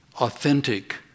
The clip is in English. authentic